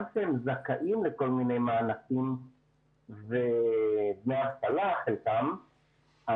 כשהם זכאים לכל מיני מענקים ודמי אבטלה חלקם,